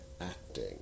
acting